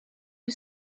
who